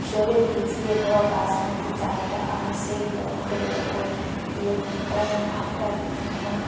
জলে ভিজিয়ে দেওয়া বাসমতি চালটা আমি সেই গরম জলের উপর দিয়ে দেব এবং ভাতটা কিছুক্ষণ